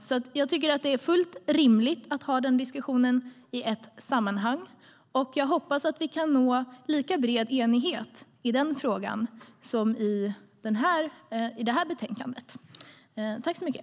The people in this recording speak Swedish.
Jag tycker alltså att det är fullt rimligt att ha den diskussionen i ett sammanhang, och jag hoppas att vi kan nå lika bred enighet i den frågan som vi har gjort i det här betänkandet.